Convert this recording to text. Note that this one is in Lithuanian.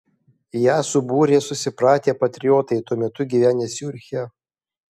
ją subūrė susipratę patriotai tuo metu gyvenę ciuriche